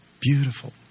Beautiful